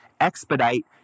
expedite